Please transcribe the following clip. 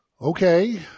Okay